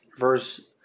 Verse